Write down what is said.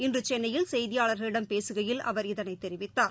இன்றுசென்னையில் செய்தியாளர்களிடம் பேசுகையில் அவர் இதனைத் தெரிவித்தார்